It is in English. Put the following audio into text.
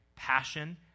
passion